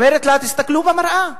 אומרת לה: תסתכלו במראה.